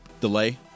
delay